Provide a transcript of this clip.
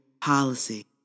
policy